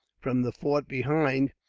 from the fort behind,